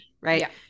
right